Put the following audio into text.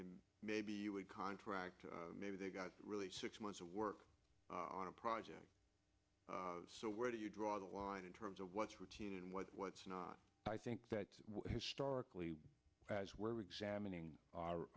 and maybe you would contract maybe they got really six months of work on a project so where do you draw the line in terms of what's routine and what's not i think that historically as we're examining our